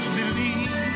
believe